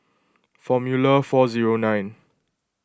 formula four zero nine